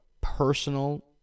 personal